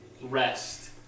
rest